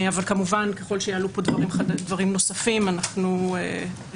אבל כמובן ככל שיעלו פה דברים נוספים אנחנו נקשיב,